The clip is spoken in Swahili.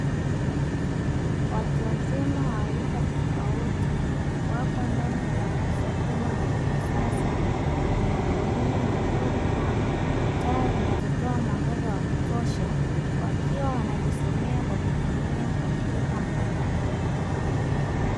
Watu wazima wa rika tofauti. Wapo ndani ya darasa kubwa na la kisasa, lenye miundombinu mizuri; kama taa zinazotoa mwangaza wa kutosha. Wakiwa wanajisomea kwa kutumia kompyuta mpakato.